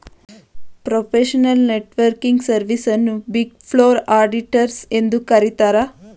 professional networking service ಅನ್ನು big four auditors ಎಂದು ಕರಿತರೆ